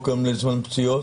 זמן.